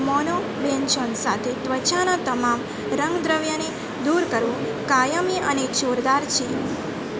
monobenzone સાથે ત્વચાના તમામ રંગ દ્રવ્યને દૂર કરવું કાયમી અને જોરદાર છે